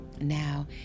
Now